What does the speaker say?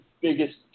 biggest